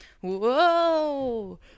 whoa